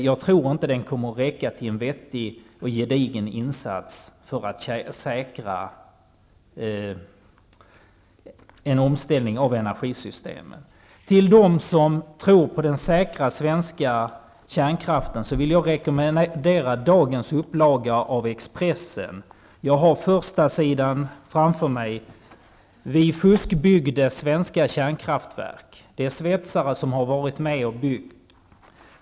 Jag tror inte den kommer att räcka också till en vettig och gedigen insats för att säkra en omställning av energisystemen. Dem som tror på den ''säkra'' svenska kärnkraften vill jag rekommendera dagens upplaga av Expressen. Jag har första sidan framför mig. ''Vi fuskbyggde svenska kärnkraftverk''. Det är svetsare som har varit med och byggt.